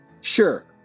Sure